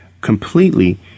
completely